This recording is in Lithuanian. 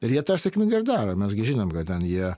ir jie tą sėkmingai ir daro mes gi žinom kad ten jie